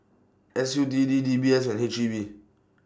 S U T D D B S and H G B